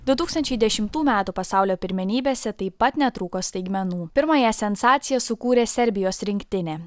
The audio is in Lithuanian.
du tūkstančiai dešimtų metų pasaulio pirmenybėse taip pat netrūko staigmenų pirmąją sensaciją sukūrė serbijos rinktinė